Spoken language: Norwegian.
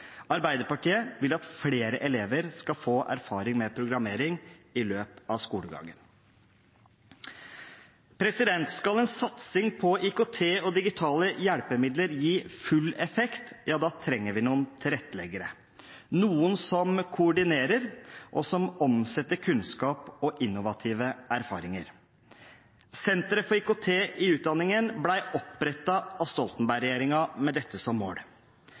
Arbeiderpartiet vil at flere elever skal få erfaring med programmering i løpet av skolegangen. Skal en satsing på IKT og digitale hjelpemidler gi full effekt, trenger vi noen tilretteleggere, noen som koordinerer, og som omsetter kunnskap og innovative erfaringer. Senter for IKT i utdanningen ble opprettet av Stoltenberg-regjeringen med dette som mål.